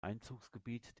einzugsgebiet